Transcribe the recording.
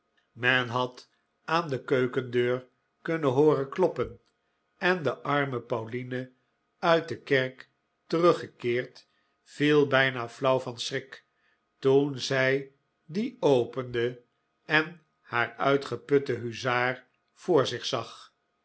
men had aan de keukendeur kunnen hooren kloppen en de arme pauline uit de kerk teruggekeerd viel bijna flauw van den schrik toen zij die opende en haar uitgeputten huzaar voor zich zag